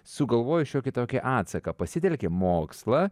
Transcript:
sugalvojo šiokį tokį atsaką pasitelė mokslą